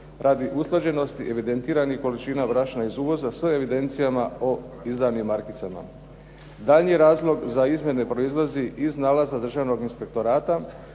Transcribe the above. radi usklađenosti evidentiranih količina brašna iz uvoza, sve evidencijama o izdanim markicama. Daljnji razlog za izmjene proizlazi iz nalaza državnog inspektorata,